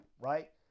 right